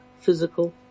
physical